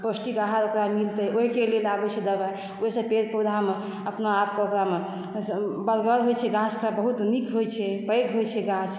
पौष्टिक आहार ओकरा मिलतै ओहिके लेल आबै छै दबाइ ओहिसँ पेड़ पौधा मे अपना आप के ओकरा मे गाछ सब बहुत नीक होइ छै पैघ होइ छै गाछ